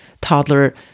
toddler